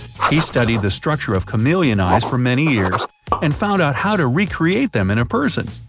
he'd studied the structure of chameleon eyes for many years and found out how to recreate them in a person.